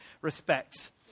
respects